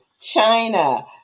China